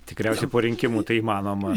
tikriausiai po rinkimų tai įmanoma